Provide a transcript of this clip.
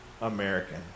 American